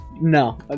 No